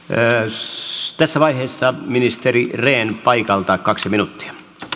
tässä vaiheessa ministeri rehn paikalta kaksi minuuttia